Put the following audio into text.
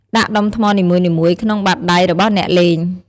ដាក់ដុំថ្មនីមួយៗក្នុង បាតដៃ របស់អ្នកលេង។